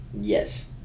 yes